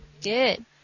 Good